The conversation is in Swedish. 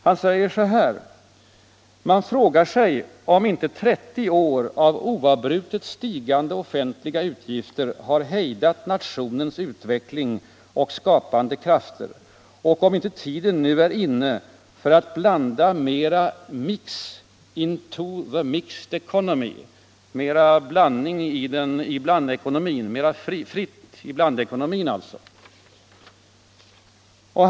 Han säger: ” Man frågar sig om inte 30 år av oavbrutet stigande offentliga utgifter har hejdat nationens utveckling och skapandekrafter och om inte tiden nu är inne för att blanda mera — ”mix into the mixed economy” — mera blandning i blandekonomin, dvs. mera frihet i blandekonomin.